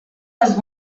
les